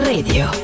Radio